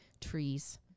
Trees